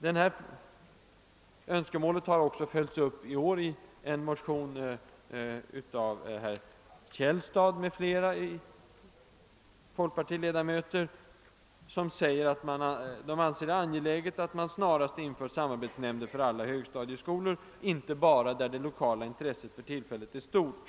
Detta önskemål har följts upp i år i en motion av herr Källstad och några andra folkpartiledamöter. Motionärerna förklarar att de finner det angeläget »att man snarast inför samarbetsnämnder för alla högstadieskolor, inte bara där det lokala intresset för tillfället är stort«.